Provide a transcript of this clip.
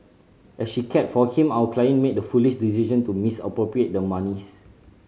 as she cared for him our client made the foolish decision to misappropriate the monies